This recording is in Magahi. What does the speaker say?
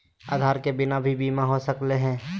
आधार के बिना भी बीमा हो सकले है?